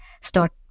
start